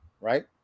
right